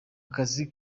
kazi